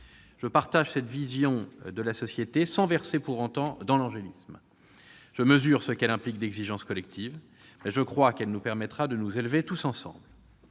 Je partage cette vision de la société, sans verser pour autant dans l'angélisme. Je mesure ce qu'elle implique d'exigence collective, mais je crois qu'elle nous permettra de nous élever tous ensemble.